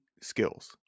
skills